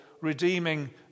redeeming